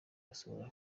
amasohoro